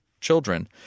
children